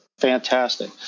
Fantastic